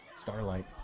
Starlight